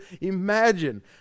imagine